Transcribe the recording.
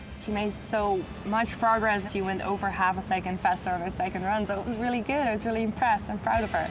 she made so much progress. she went over half a second faster in her second run, so it was really good. i was really impressed, i'm proud of her.